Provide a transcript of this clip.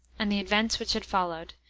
and the events which had followed,